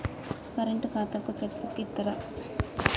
Current ఖాతాకు cheque book ఇత్తరా?